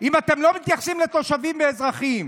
אם אתם לא מתייחסים לתושבים ואזרחים.